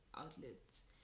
outlets